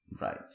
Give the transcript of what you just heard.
Right